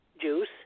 juice